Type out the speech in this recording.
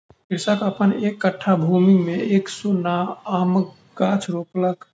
कृषक अपन एक कट्ठा भूमि में एक सौ आमक गाछ रोपलक